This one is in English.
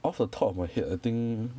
off the top of my head I think